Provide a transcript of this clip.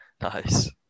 Nice